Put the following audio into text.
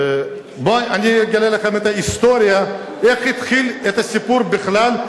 בואו אני אגלה לכם את ההיסטוריה איך התחיל הסיפור בכלל.